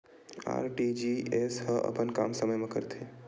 RTGS ह अपन काम समय मा करथे?